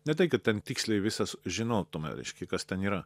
ne tai kad ten tiksliai visas žinotume reiškia kas ten yra